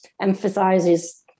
emphasizes